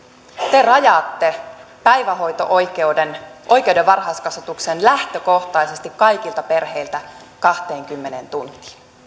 te rajaatte päivähoito oikeuden oikeuden varhaiskasvatukseen lähtökohtaisesti kaikilta perheiltä kahteenkymmeneen tuntiin